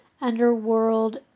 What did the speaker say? Underworld